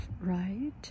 right